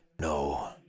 No